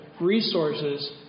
resources